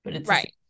Right